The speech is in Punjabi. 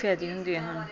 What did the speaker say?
ਫਾਇਦੇ ਹੁੰਦੇ ਹਨ